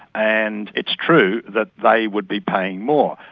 and it's true that they would be paying more.